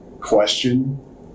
question